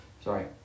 Sorry